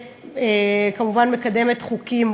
שכמובן מקדמת חוקים,